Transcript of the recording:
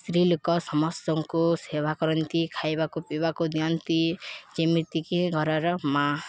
ସ୍ତ୍ରୀ ଲୋକ ସମସ୍ତଙ୍କୁ ସେବା କରନ୍ତି ଖାଇବାକୁ ପିଇବାକୁ ଦିଅନ୍ତି ଯେମିତିକି ଘରର ମାଆ